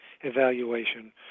evaluation